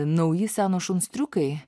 nauji seno šuns triukai